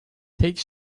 take